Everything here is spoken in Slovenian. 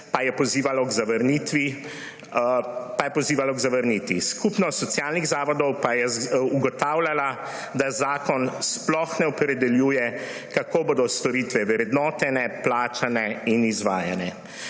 pa je pozivalo k zavrnitvi. Skupnost socialnih zavodov pa je ugotavljala, da zakon sploh ne opredeljuje, kako bodo storitve vrednotene, plačane in izvajane.